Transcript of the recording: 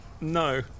No